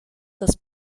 das